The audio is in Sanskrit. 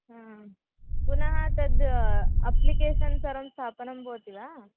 हा पुनः तद् अप्लिकेशन् सर्वं स्थापनं भवति वा